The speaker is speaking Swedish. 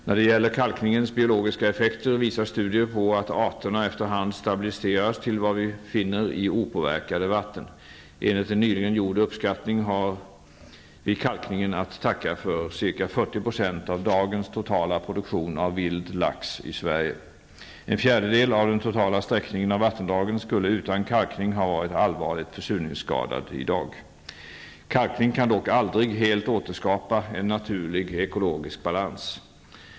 När det gäller kalkningens biologiska effekter visar studier på att arterna efter hand stabiliseras till vad vi finner i opåverkade vatten. Enligt en nyligen gjord uppskattning har vi kalkningen att tacka för ca 40 % av dagens totala produktion av vild lax i Sverige. En fjärdedel av den totala sträckningen av vattendragen skulle utan kalkning ha varit allvarligt försurningsskadad i dag. Kalkning kan dock aldrig helt återskapa en naturlig ekologisk balans.